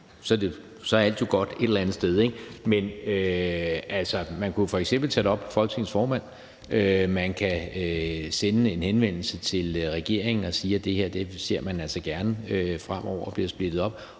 er alt jo godt et eller andet sted, ikke? Men man kunne f.eks. tage det op med Folketingets formand. Man kan sende en henvendelse til regeringen og sige, at det her ser man altså gerne fremover bliver splittet op.